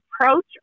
approach